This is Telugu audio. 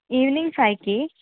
ఈవినింగ్ ఫైవ్కి